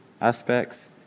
aspects